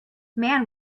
man